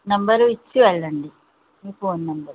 number ఇచ్చి వెళ్ళండి మీ ఫోన్ నెంబర్